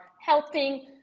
helping